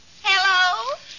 Hello